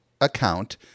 account